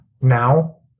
now